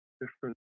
different